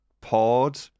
Pod